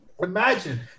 Imagine